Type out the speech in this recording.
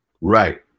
Right